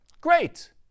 great